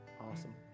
Awesome